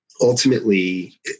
ultimately